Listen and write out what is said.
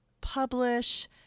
publish